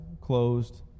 closed